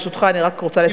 ברשותך, אני רק רוצה לסיים.